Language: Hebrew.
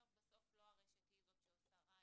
בסוף לא הרשת היא זאת שעושה רע,